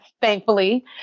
thankfully